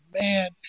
man